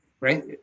right